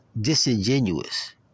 disingenuous